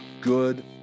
good